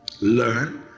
learn